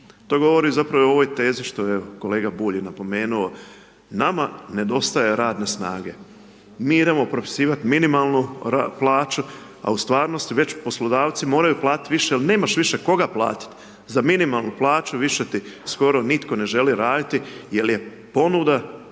To govori zapravo i ovoj tezi, što evo, kolega Bulj je napomenuo, nama nedostaje radne snage, mi idemo propisivati minimalnu plaću, a u stvarnosti već poslodavci moraju platiti više jel nemaš više koga platiti, za minimalnu plaću više ti skoro nitko ne želi raditi jel je ponuda